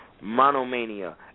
Monomania